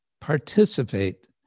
participate